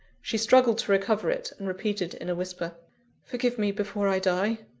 she struggled to recover it, and repeated in a whisper forgive me before i die!